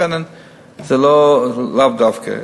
לכן לאו דווקא.